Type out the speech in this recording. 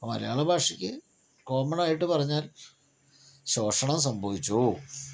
മലയാള ഭാഷയ്ക്കു കോമണായിട്ട് പറഞ്ഞാൽ ശോഷണം സംഭവിച്ചു